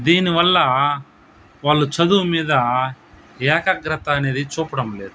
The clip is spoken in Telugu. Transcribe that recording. దీనివల్ల వాళ్ళు చదువు మీద ఏకాగ్రత అనేది చూపడం లేదు